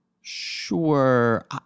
Sure